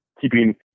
keeping